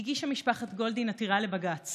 הגישה משפחת גולדין עתירה לבג"ץ